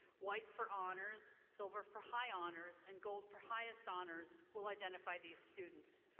white for honors, silver for high honors, and gold for highest honors will identify these students.